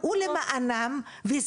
יש